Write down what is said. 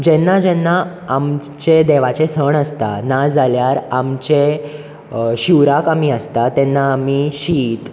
जेन्ना जेन्ना आमचे देवाचे सण आसता नाजाल्यार आमचे शिवराक आमी आसता तेन्ना आमी शीत